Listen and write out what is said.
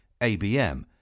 ABM